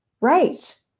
right